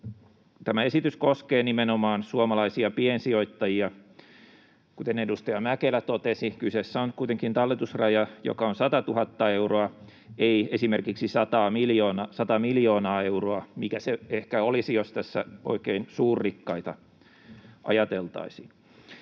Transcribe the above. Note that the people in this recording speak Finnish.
Tämä esitys koskee nimenomaan suomalaisia piensijoittajia. Kuten edustaja Mäkelä totesi, kyseessä on kuitenkin talletusraja, joka on 100 000 euroa, ei esimerkiksi 100 miljoonaa euroa, mikä se ehkä olisi, jos tässä oikein suurrikkaita ajateltaisiin.